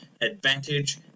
advantage